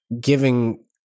giving